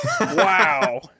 Wow